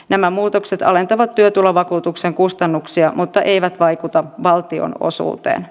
nämä muutokset alentavat työtulovakuutuksen kustannuksia mutta eivät vaikuta valtion osuuteen